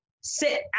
sit